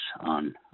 on